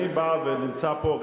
אני בא ונמצא פה,